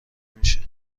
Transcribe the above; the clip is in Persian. میشه